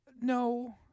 No